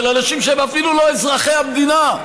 של אנשים שהם אפילו לא אזרחי המדינה.